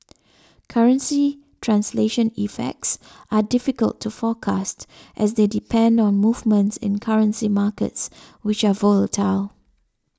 currency translation effects are difficult to forecast as they depend on movements in currency markets which are volatile